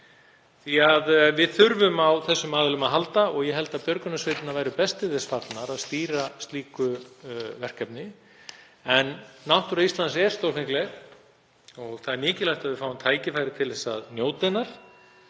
nýju. Við þurfum á þessum aðilum að halda og ég held að björgunarsveitirnar væru best til þess fallnar að stýra slíku verkefni. Náttúra Íslands er stórfengleg. Það er mikilvægt að við fáum tækifæri til að njóta hennar